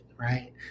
Right